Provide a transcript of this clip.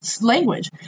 language